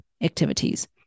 activities